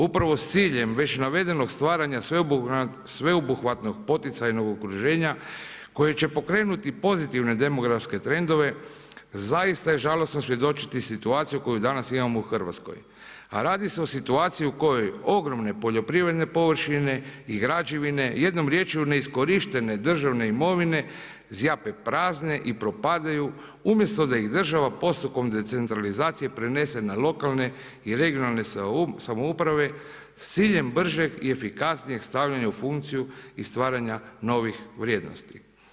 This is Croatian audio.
Upravo s ciljem već navedenog stvaranja sveobuhvatnog poticajnog okruženja koje će pokrenuti pozitivne demografske trendove, zaista je žalosno svjedočiti situaciji koju danas imamo u Hrvatskoj. a radi se o situaciji u kojoj ogromne poljoprivredne površine i građevine, jednom riječju neiskorištene državne imovine, zjape prazne i propadaju umjesto da ih država postupkom decentralizacije prenese na lokalne i regionalne samouprave s ciljem bržeg i efikasnijeg stavljanja u funkciju i stvaranja novih vrijednosti.